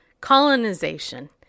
colonization